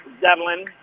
Devlin